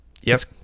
yes